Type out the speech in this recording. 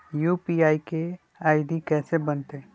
UPI के ID कैसे बनतई?